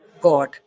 God